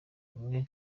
bamwe